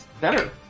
Better